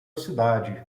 cidade